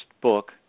book